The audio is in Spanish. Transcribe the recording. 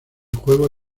juego